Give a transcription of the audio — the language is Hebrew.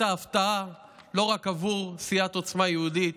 אתה הפתעה לא רק עבור סיעת עוצמה יהודית